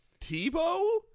Tebow